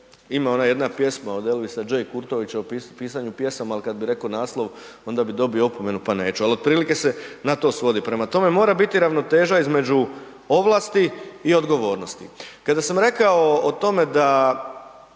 ima ona jedna pjesma od Elvisa J. Kurtovića o pisanju pjesama ali kad bi rekao naslov, onda bi dobio opomenu pa neću ali otprilike se na to svodi. Prema tome, mora biti ravnoteža između ovlasti i odgovornosti. Kada sam rekao o tome